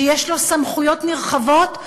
שיש לו סמכויות נרחבות,